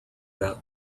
about